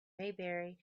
maybury